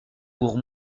pour